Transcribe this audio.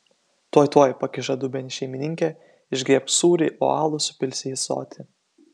tuoj tuoj pakiša dubenį šeimininkė išgriebk sūrį o alų supilsi į ąsotį